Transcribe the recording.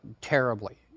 terribly